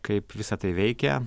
kaip visa tai veikia